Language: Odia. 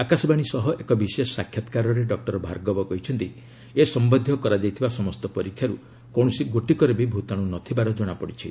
ଆକାଶବାଣୀ ସହ ଏକ ବିଶେଷ ସାକ୍ଷାତକାରରେ ଡକ୍କର ଭାର୍ଗବ କହିଛନ୍ତି ଏ ସମ୍ଭନ୍ଧୀୟ କରାଯାଇଥିବା ସମସ୍ତ ପରୀକ୍ଷାରୁ କୌଣସି ଗୋଟିକରେ ବି ଭୂତାଣୁ ନଥିବାର ଜଣାପଡ଼ିଛି